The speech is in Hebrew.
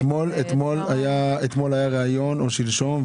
כי אתמול היה ריאיון או שלשום,